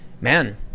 man